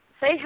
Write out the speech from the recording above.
Say